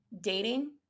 Dating